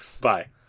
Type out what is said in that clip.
bye